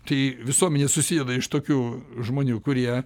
tai visuomenė susideda iš tokių žmonių kurie